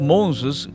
Moses